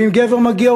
ואם גבר מגיע,